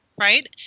Right